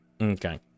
Okay